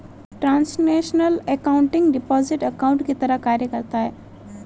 translational accounting deposit account की तरह कार्य करता है